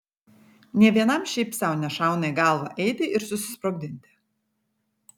nė vienam šiaip sau nešauna į galvą eiti ir susisprogdinti